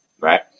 Right